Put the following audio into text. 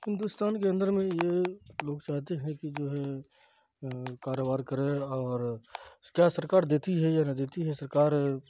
ہندوستان کے اندر میں یہ لوگ چاہتے ہیں کہ جو ہے کاروبار کریں اور کیا سرکار دیتی ہے یا نہ دیتی ہے سرکار